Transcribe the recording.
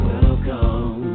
Welcome